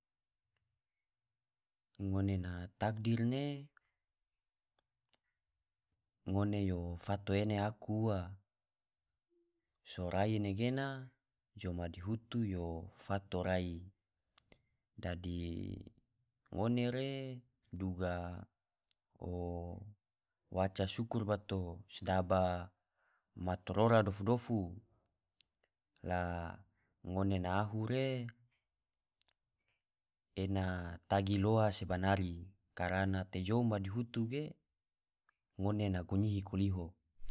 Ngone na takdir ne ngone yo fato ene aku ua, sorai nagena jou madihutu yo fato rai, dadi ngone re duga oo waca sukur bato sedaba matorora dofu dofu la ngone na ahu re ena tagi loa se banari, karana te jou madihutu ge ngone na gunyihi koliho.